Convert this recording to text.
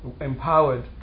empowered